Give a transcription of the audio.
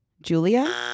julia